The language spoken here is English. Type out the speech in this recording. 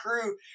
crew